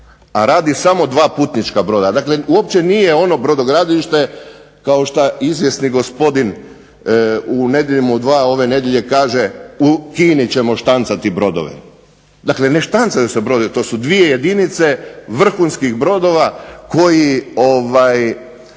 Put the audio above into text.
a radi samo dva putnička broda. Dakle, uopće nije ono brodogradilište kao šta izvjesni gospodin u "Nedjeljom u 2" ove nedjelje kaže u Kini ćemo štancati brodove. Dakle, ne štancaju se brodovi. To su dvije jedinice vrhunskih brodova koji